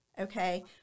okay